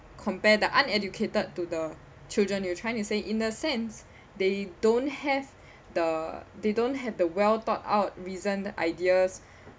compare the uneducated to the children you're trying to say in a sense they don't have the they don't have the well thought out reason ideas